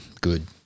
good